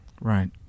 Right